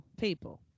people